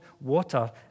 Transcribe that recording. water